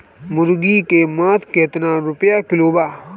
मुर्गी के मांस केतना रुपया किलो बा?